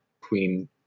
queen